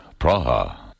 Praha